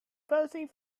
posing